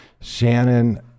shannon